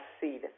seed